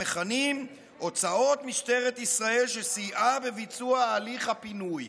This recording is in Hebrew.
מכנים "הוצאות משטרת ישראל שסייעה בביצוע הליך הפינוי".